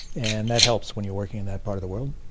and that helps when you are working in that part of the world,